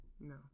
No